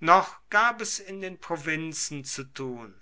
noch gab es in den provinzen zu tun